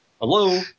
Hello